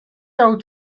out